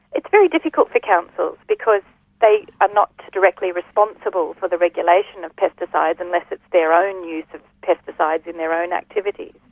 it's very difficult for councils because they are not directly responsible for the regulation of pesticides unless it's their own use of pesticides in their own activities.